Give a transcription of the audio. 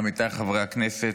עמיתיי חברי הכנסת,